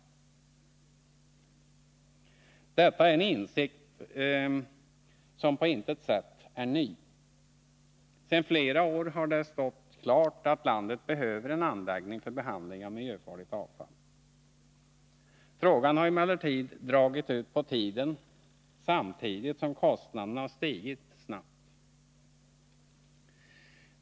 Detta är en insikt som på intet sätt är ny. Sedan flera år har det stått klart att landet behöver en anläggning för behandling av miljöfarligt avfall. Frågan har emellertid dragit ut på tiden samtidigt som kostnaderna har stigit snabbt.